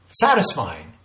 satisfying